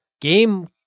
game